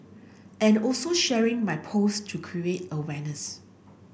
and also sharing my post to create awareness